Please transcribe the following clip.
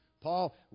Paul